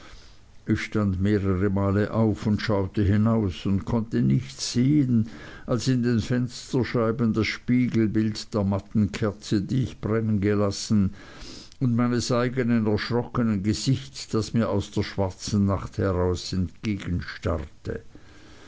ich stand mehrere male auf und schaute hinaus und konnte nichts sehen als in den fensterscheiben das spiegelbild der matten kerze die ich brennen gelassen und meines eignen erschrockenen gesichts das mir aus der schwarzen nacht heraus